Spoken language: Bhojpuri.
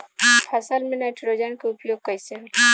फसल में नाइट्रोजन के उपयोग कइसे होला?